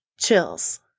chills